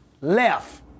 left